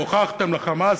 הוכחתם ל"חמאס",